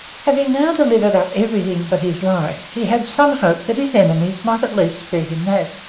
having now delivered up everything but his life, he had some hope that his enemies might at least spare him that.